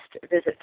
visit